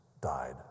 died